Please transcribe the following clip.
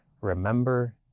Remember